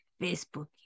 Facebook